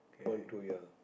one two ya